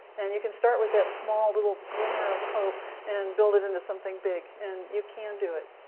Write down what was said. and you can start with that small little glimmer of hope, and build it into something big, and you can do it.